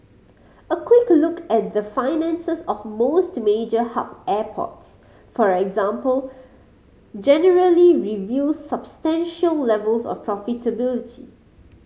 a quick look at the finances of most major hub airports for example generally reveals substantial levels of profitability